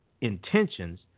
intentions